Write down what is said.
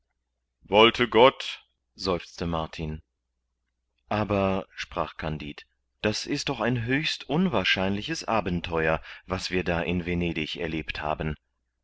wollte gott seufzte martin aber sprach kandid das ist doch ein höchst unwahrscheinliches abenteuer was wir da in venedig erlebt haben